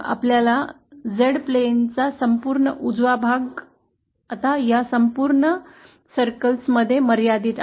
आपल्या Z मैदान ाचा संपूर्ण उजवा भाग आता या संपूर्ण वर्तुळा मध्ये मर्यादित आहे